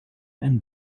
and